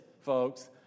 folks